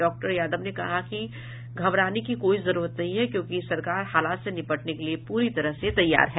doctor Yadav ने यह भी कहा कि घबराने की कोई जरूरत नहीं है क्योंकि सरकार हालात से निपटने के लिये पूरी तरह तैयार है